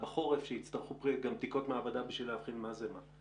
בחורף כשיצטרכו גם בדיקות מעבדה בשביל לאבחן מה זה מה.